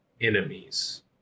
enemies